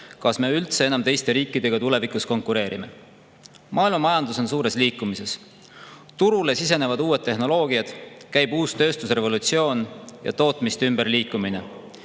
kas me üldse enam teiste riikidega tulevikus konkureerime. Maailma majandus on suures liikumises. Turule sisenevad uued tehnoloogiad, käib uus tööstusrevolutsioon ja tootmiste ümberliikumine.